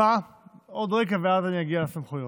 עוד רגע, ואז אגיע לסמכויות.